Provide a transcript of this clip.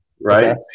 right